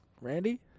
Randy